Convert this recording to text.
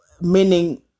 meaning